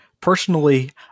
personally